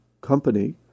company